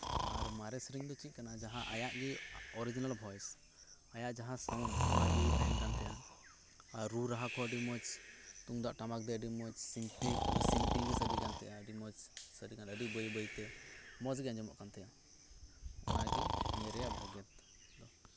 ᱟᱨ ᱢᱟᱨᱮ ᱥᱮᱨᱮᱧ ᱫᱚ ᱪᱮᱫ ᱠᱟᱱᱟ ᱡᱟᱸᱦᱟ ᱟᱭᱟᱜ ᱜᱮ ᱚᱨᱤᱡᱤᱱᱟᱞ ᱵᱷᱚᱭᱮᱥ ᱟᱭᱟᱜ ᱡᱟᱸᱦᱟ ᱥᱟᱩᱱᱰ ᱚᱱᱟᱜᱮ ᱛᱟᱸᱦᱮᱱ ᱠᱟᱱ ᱛᱟᱭᱟ ᱟᱨ ᱨᱩ ᱨᱟᱦᱟ ᱠᱚ ᱟᱹᱰᱤ ᱢᱚᱸᱡ ᱛᱩᱢᱫᱟᱜ ᱴᱟᱢᱟᱠ ᱫᱤᱭᱮ ᱟᱹᱰᱤ ᱢᱚᱸᱡ ᱥᱤᱢᱯᱤᱞ ᱜᱮ ᱥᱟᱰᱮ ᱠᱟᱱ ᱛᱟᱭᱟ ᱟᱹᱰᱤ ᱢᱚᱸᱡ ᱥᱟᱰᱮ ᱠᱟᱱᱟ ᱟᱹᱰᱤ ᱵᱟᱹᱭ ᱵᱟᱹᱭᱛᱮ ᱢᱚᱸᱡ ᱜᱮ ᱟᱸᱡᱚᱢᱚᱜ ᱠᱟᱱ ᱛᱟᱸᱦᱮᱜᱼᱟ ᱚᱱᱟᱜᱮ ᱱᱤᱭᱟᱹ ᱨᱮᱱᱟᱜ ᱵᱷᱮᱜᱮᱛ